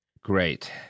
Great